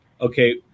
okay